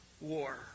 war